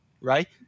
right